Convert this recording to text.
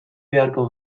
beharko